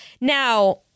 Now